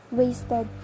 wasted